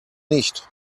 nicht